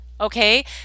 Okay